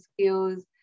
skills